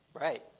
Right